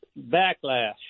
backlash